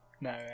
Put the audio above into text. No